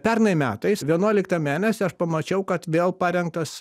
pernai metais vienuoliktą mėnesį aš pamačiau kad vėl parengtas